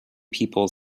people